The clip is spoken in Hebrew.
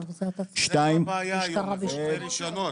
זיופי רישיונות.